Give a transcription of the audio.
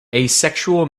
asexual